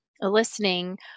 listening